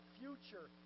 future